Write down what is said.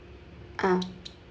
ah